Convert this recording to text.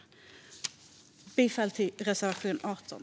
Jag yrkar bifall till reservation 18.